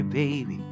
baby